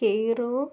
Cairo